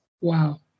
Wow